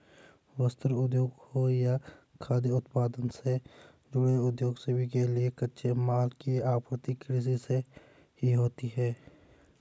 वस्त्र उद्योग हो या खाद्य उत्पादन से जुड़े उद्योग सभी के लिए कच्चे माल की आपूर्ति कृषि से ही होती है